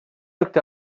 looked